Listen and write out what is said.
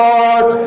Lord